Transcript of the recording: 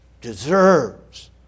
deserves